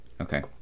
okay